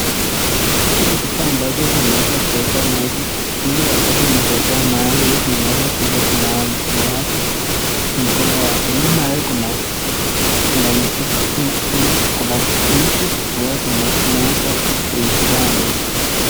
Hiki ni kifaa ambacho imeweza kuwekwa maji ili wakati imetokea mahali unaeza kuja kunawa mkono wako, Nyuma kuna miti ambayo imeanza kuipandwa.